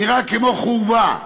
נראים כמו חורבה?